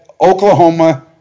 Oklahoma